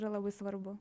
yra labai svarbu